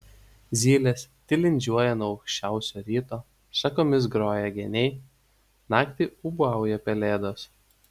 zylės tilindžiuoja nuo anksčiausio ryto šakomis groja geniai naktį ūbauja pelėdos